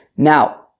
Now